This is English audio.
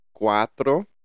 cuatro